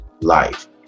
life